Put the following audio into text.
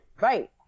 Right